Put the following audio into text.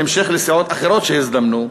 בהמשך לסיעות אחרות שהזדמנו: